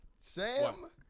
Sam